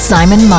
Simon